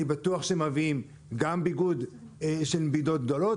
אני בטוח שהם מביאים גם ביגוד של מידות גדולות